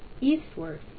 eastward